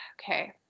Okay